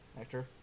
Actor